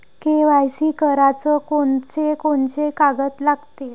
KYC कराच कोनचे कोनचे कागद लागते?